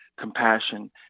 compassion